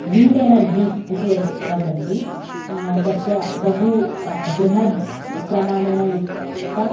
wind energy इति यद्वदन्ति तस्य बहु बृहत् प्रमाणेन युक्त